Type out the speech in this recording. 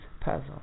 puzzle